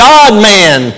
God-man